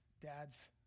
dads